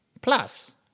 Plus